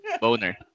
Boner